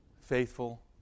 Faithful